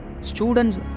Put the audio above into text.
students